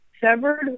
severed